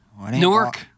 Newark